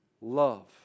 love